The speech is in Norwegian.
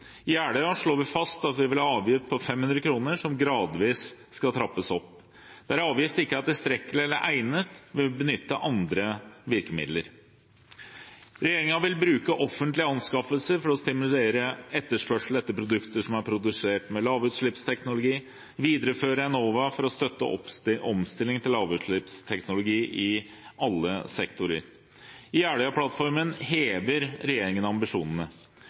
Jeløya-plattformen slår vi fast at vi vil ha en avgift på 500 kr, som gradvis skal trappes opp. Der avgift ikke er tilstrekkelig eller egnet, vil vi benytte andre virkemidler. Regjeringen vil bruke offentlige anskaffelser for å stimulere etterspørsel etter produkter som er produsert med lavutslippsteknologi, og videreføre Enova for å støtte omstilling til lavutslippsteknologi i alle sektorer. I Jeløya-plattformen hever regjeringen ambisjonene.